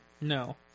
No